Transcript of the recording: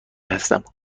هستم